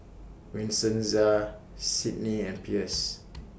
Vincenza Sydnie and Pierce